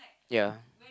ya